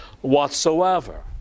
whatsoever